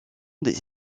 des